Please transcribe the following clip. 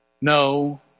No